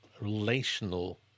relational